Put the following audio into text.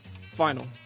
final